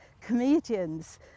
comedians